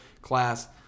class